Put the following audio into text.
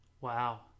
wow